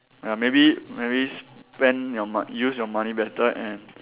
ya maybe maybe spend your mo~ use your money better and